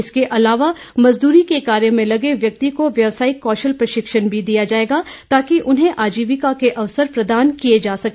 इसके अलावा मजदूरी के कार्य में लगे व्यक्ति को व्यवसायिक कौशल प्रशिक्षण भी दिया जायेगा ताकि उन्हें आजीविका के अवसर प्रदान किये जा सके